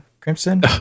Crimson